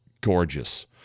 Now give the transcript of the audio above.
gorgeous